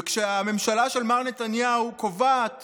וכשהממשלה של מר נתניהו קובעת